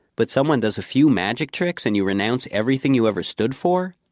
but someone does a few magic tricks and you renounce everything you ever stood for?